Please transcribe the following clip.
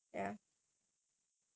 mm